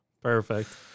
perfect